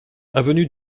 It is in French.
avenue